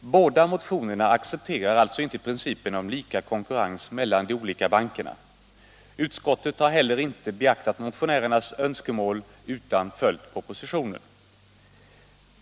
Båda motionerna accepterar alltså inte principen om lika konkurrens mellan de olika bankerna. Utskottet har heller inte beaktat motionärernas önskemål utan följt propositionen.